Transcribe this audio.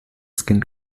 skin